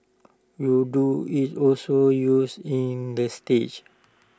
Urdu is also used in the states